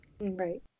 Right